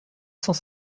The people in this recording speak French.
cent